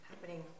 happening